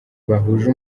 bahuje